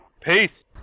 Peace